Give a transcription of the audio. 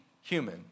human